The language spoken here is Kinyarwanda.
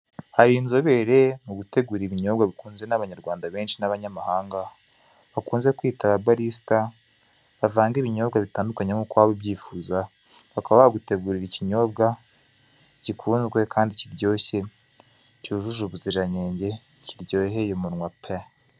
Hari inzobere mu gutegura ibinyobwa bikunzwe n'abanyarwanda benshi n'abanyamahanga, bakunze kwita aba barisita bavanga ibinyobwa bitandukanye nkuko waba ubyifuza, bakaba bagutegurira ikinyobwa gikunzwe kandi kiryoshye, cyujuje ubuziranenge, kiryoheye umunwa pe!